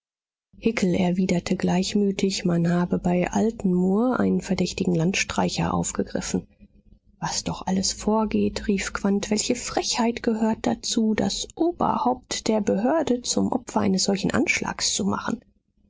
erwiderte gleichmütig man habe bei altenmuhr einen verdächtigen landstreicher aufgegriffen was doch alles vorgeht rief quandt welche frechheit gehört dazu das oberhaupt der behörde zum opfer eines solchen anschlags zu machen